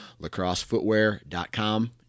lacrossefootwear.com